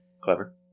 clever